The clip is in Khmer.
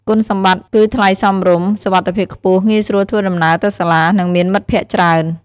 គុណសម្បត្តិគឺថ្លៃសមរម្យ សុវត្ថិភាពខ្ពស់ ងាយស្រួលធ្វើដំណើរទៅសាលា និងមានមិត្តភក្តិច្រើន។